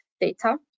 data